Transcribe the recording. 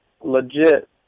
legit